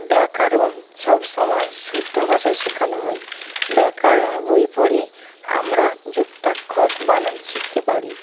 ব্যাকারণ সবসময় শুদ্ধ ভাষায় শেখানো হয় ব্যাকারণ বই পড়ে আমরা যুক্তাক্ষর বানান শিখতে পারি